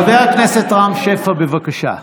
חבר הכנסת רם שפע, בבקשה.